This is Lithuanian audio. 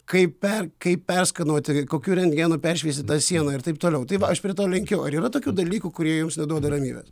kaip per kaip perskanuoti ir kokiu rentgenu peršviesti tą sieną ir taip toliau tai va aš prie to lenkiau ar yra tokių dalykų kurie jums neduoda ramybės